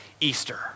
Easter